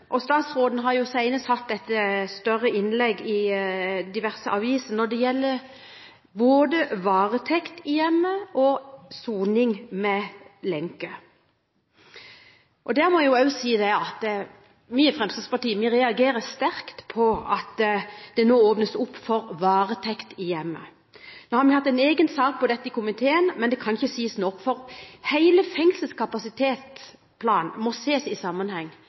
og statsråden har nylig hatt et større innlegg i diverse aviser – om både varetekt hjemme og soning med lenke. Der må jeg si at vi i Fremskrittspartiet reagerer sterkt på at det nå åpnes opp for varetekt i hjemmet. Nå har vi hatt en egen sak om dette i komiteen, men det kan ikke sies nok at hele fengselskapasitetsplanen må ses i sammenheng.